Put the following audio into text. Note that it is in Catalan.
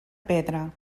pedra